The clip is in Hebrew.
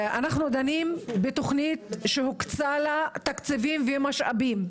אנחנו דנים על תוכנית שהוקצו לה תקציבים ומשאבים,